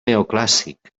neoclàssic